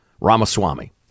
Ramaswamy